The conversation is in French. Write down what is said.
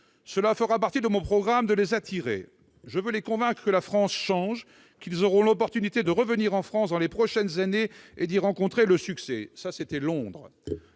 Cela fera partie de mon programme de les attirer. [...] Je veux les convaincre que la France change [...], qu'ils auront l'opportunité de revenir en France dans les prochaines années et d'y rencontrer le succès. » La suppression de